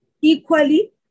Equally